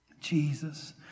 Jesus